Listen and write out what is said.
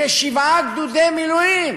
לכשבעה גדודי מילואים.